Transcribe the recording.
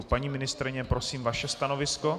Paní ministryně, prosím, vaše stanovisko.